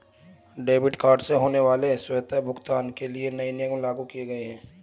debit card से होने वाले स्वतः भुगतान के लिए नए नियम लागू किये गए है